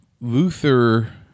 Luther